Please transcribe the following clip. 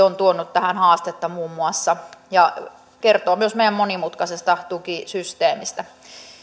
on tuonut tähän haastetta muun muassa ja kertoo myös meidän monimutkaisesta tukisysteemistä